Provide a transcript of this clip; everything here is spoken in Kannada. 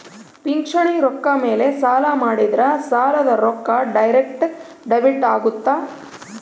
ಪಿಂಚಣಿ ರೊಕ್ಕ ಮೇಲೆ ಸಾಲ ಮಾಡಿದ್ರಾ ಸಾಲದ ರೊಕ್ಕ ಡೈರೆಕ್ಟ್ ಡೆಬಿಟ್ ಅಗುತ್ತ